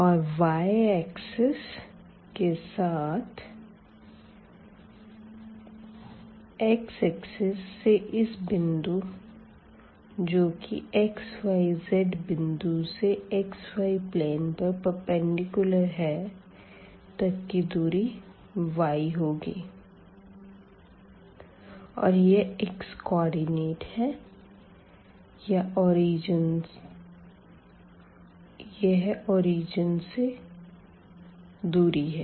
और y axis के साथ x एक्सिस से इस बिंदु जो की xyz बिंदु से xy प्लेन पर प्रपेंडिकूलर है तक की दूरी y होगी और यह x कोऑर्डिनेट है यह ओरिजिन से दूरी है